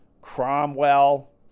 Cromwell